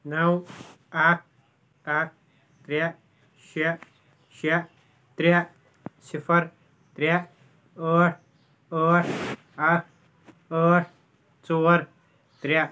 نَو اَکھ اَکھ ترٛےٚ شےٚ شےٚ ترٛےٚ صِفَر ترٛےٚ ٲٹھ ٲٹھ اَکھ ٲٹھ ژور ترٛےٚ